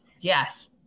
yes